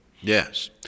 Yes